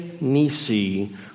Nisi